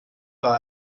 war